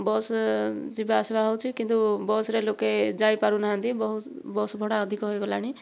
bus ଯିବାଆସିବା ହେଉଛି କିନ୍ତୁ ବସ୍ରେ ଲୋକେ ଯାଇପାରୁନାହାନ୍ତି ବହୁତ ବସ୍ ଭଡ଼ା ଅଧିକ ହୋଇଗଲାଣି